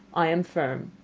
i am firm.